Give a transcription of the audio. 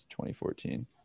2014